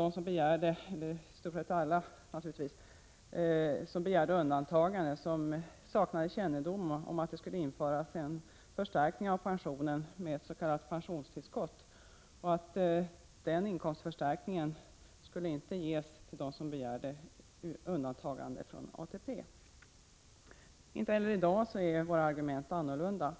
De som begärde undantagande saknade kännedom om att det skulle införas en förstärkning av pensionen med ett s.k. pensionstillskott och att denna inkomstförstärkning inte skulle ges till den som begärt undantagande från ATP. Inte heller i dag är våra argument annorlunda.